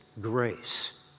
grace